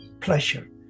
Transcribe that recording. pleasure